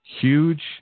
huge